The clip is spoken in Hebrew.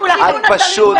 תתביישו לכם.